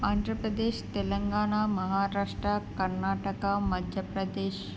Andhra Pradesh Telangana Maharashtra Karnataka Madhya Pradesh